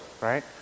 right